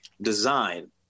design